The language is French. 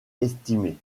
estimés